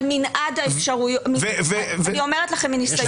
אבל המנעד, אני אומרת לכם מניסיון.